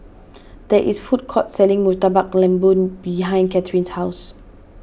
there is a food court selling Murtabak Lembu behind Cathryn's house